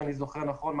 אם אני זוכר נכון,